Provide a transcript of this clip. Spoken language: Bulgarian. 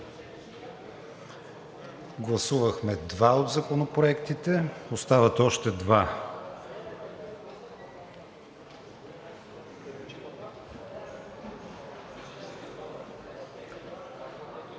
Гласувахме два от законопроектите, остават още два.